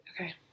Okay